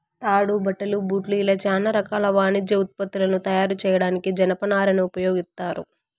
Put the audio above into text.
తాడు, బట్టలు, బూట్లు ఇలా చానా రకాల వాణిజ్య ఉత్పత్తులను తయారు చేయడానికి జనపనారను ఉపయోగిత్తారు